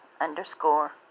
Underscore